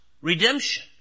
Redemption